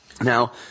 Now